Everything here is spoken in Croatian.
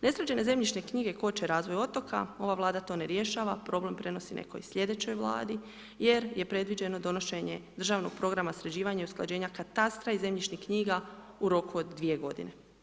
Nesređene zemljišne knjige koče razvoj otoka, ova Vlada to ne rješava, problem prenosi nekoj sljedećoj Vladi, jer je predviđeno donošenje Državnog programa sređivanja i usklađenja katastra i zemljišnih knjiga u roku od 2 godine.